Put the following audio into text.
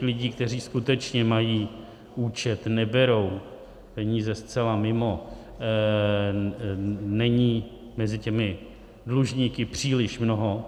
Lidí, kteří skutečně mají účet, neberou peníze zcela mimo, není mezi těmi dlužníky příliš mnoho.